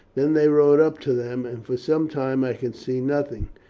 then they rode up to them, and for some time i could see nothing.